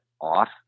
off